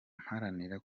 mparanira